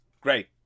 great